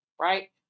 right